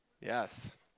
Yes